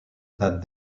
that